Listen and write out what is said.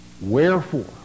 Wherefore